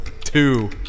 two